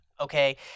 okay